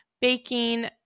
baking